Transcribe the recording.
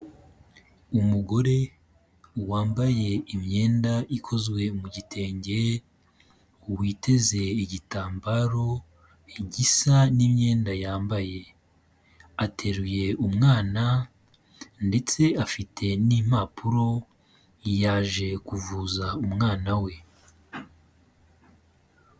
Umugore wambaye imyenda ikozwe mu gitenge, witeze igitambaro gisa n'imyenda yambaye. Ateruye umwana ndetse afite n'impapuro yaje kuvuza umwana we.